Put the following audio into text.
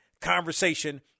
conversation